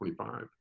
25